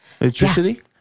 Electricity